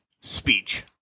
speech